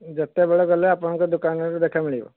ଯେତେବେଳେ ଗଲେ ଆପଣଙ୍କ ଦୋକାନର ଦେଖା ମିଳିବ